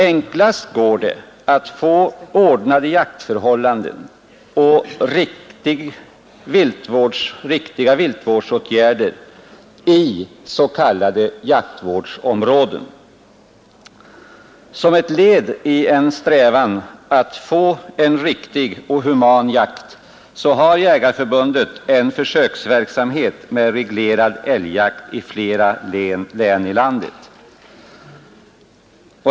Enklast går det att få till stånd ordnade jaktförhållanden och riktiga viltvårdsåtgärder i s.k. jaktvårdsområden. Som ett led i en strävan att åstadkomma en riktig och human jakt har Svenska jägareförbundet ordnat en försöksverksamhet med reglerad älgjakt i flera län i landet.